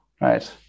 right